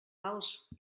alts